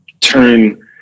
turn